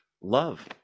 Love